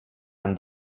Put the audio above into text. and